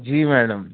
جی madam